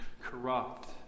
corrupt